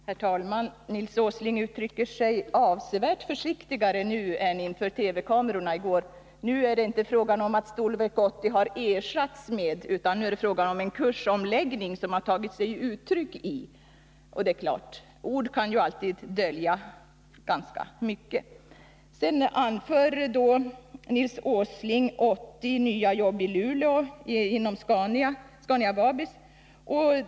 Herr talman! Nils Åsling uttrycker sig avsevärt mera försiktigt nu än inför TV-kamerorna i går. Nu är det inte fråga om att ”Stålverk 80 har ersatts med” utan om en ”kursomläggning som hade tagit sig uttryck i”. Och det är klart att ord kan alltid dölja ganska mycket. Sedan anför Nils Åsling att det blir 80 nya jobb inom Scania-Vabis i Luleå.